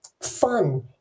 fun